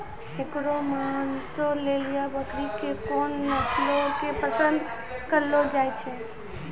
एकरो मांसो लेली बकरी के कोन नस्लो के पसंद करलो जाय छै?